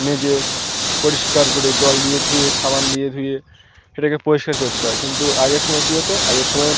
মেজে পরিষ্কার করে জল দিয়ে ধুয়ে সাবান দিয়ে ধুয়ে এটাকে পরিষ্কার করতে হয় কিন্তু আগের সময় কী হতো আগের সময়